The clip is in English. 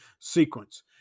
sequence